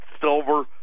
silver